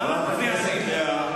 למה את מפריעה לי?